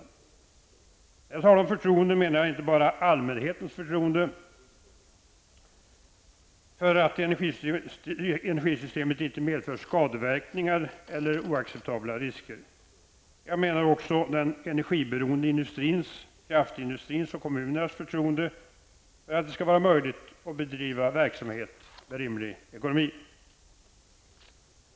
När jag talar om förtroende menar jag inte bara allmänhetens förtroende för att energisystemet inte medför skadeverkningar eller oacceptabla risker. Jag menar också den energiberoende industrins, kraftindustrins och kommunernas förtroende för att det skall vara möjligt att bedriva verksamhet med rimlig ekonomi.